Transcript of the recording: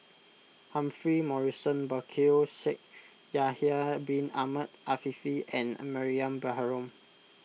Humphrey Morrison Burkill Shaikh Yahya Bin Ahmed Afifi and Mariam Baharom